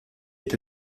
est